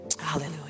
hallelujah